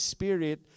Spirit